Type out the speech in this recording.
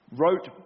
wrote